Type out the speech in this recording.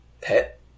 pet